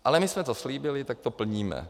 Ale my jsme to slíbili, tak to plníme.